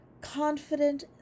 confident